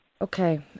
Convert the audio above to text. Okay